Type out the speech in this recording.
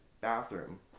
bathroom